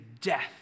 death